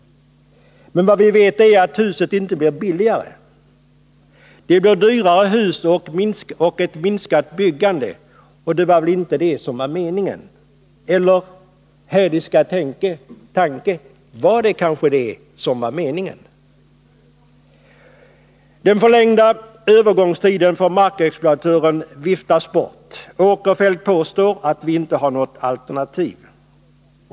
Vad vi vet är att husen inte blir billigare. Det blir dyrare hus och ett minskat byggande. Men det var väl inte det som var meningen? Eller — hädiska tanke — var det kanske det som var meningen? Den förlängda övergångstiden för markexploatören viftas bort. Sven Eric Åkerfeldt påstår att vi inte har något alternativ.